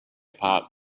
part